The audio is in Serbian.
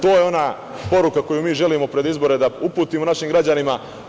To je ona poruka koju mi želimo pred izbore da uputimo našim građanima.